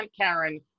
Karen